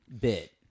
bit